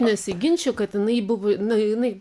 nesiginčiju kad jinai buvo nu jinai